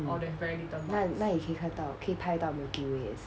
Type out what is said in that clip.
mm 那里那里可以看到可以拍到 milky way 也是